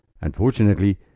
Unfortunately